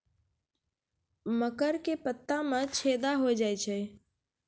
मकर के पत्ता मां छेदा हो जाए छै?